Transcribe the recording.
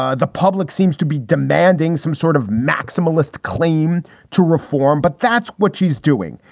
ah the public seems to be demanding some sort of maximalist claim to reform. but that's what she's doing.